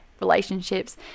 relationships